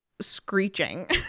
screeching